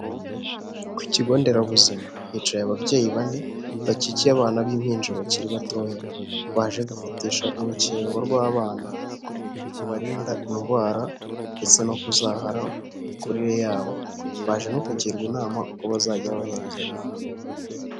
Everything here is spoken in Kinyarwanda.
Ku kigo nderabuzima, hicaye ababyeyi bane bakikiye abana b'impinja bakiri batoya, baje gufatisha urukingo rw'abana rubarinda indwara, ndetse no kuzahara mu mikurire yabo, baje no kugirwa inama uko bazajya babahereza ifunguro.